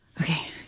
Okay